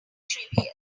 trivial